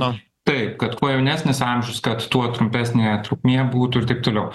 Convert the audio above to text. na taip kad kuo jaunesnis amžius kad tuo trumpesnė trukmė būtų ir taip toliau